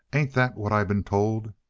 ain't that what i been told?